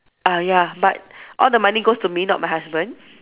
ah ya but all the money goes to me not my husband